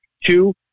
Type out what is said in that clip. Two